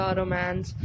romance